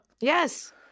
Yes